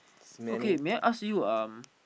okay may I ask you um